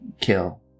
kill